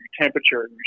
temperature